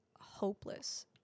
hopeless